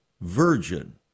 virgin